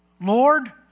Lord